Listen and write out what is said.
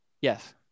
Yes